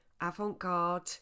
avant-garde